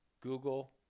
Google